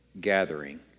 gathering